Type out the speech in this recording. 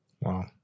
Wow